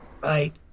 right